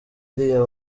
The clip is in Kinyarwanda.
iriya